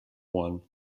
one